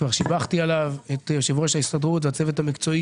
וכבר שיבחתי את יושב ההסתדרות והצוות המקצועי